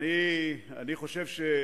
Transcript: זה מראה משהו על ה-state of mind של השר.